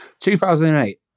2008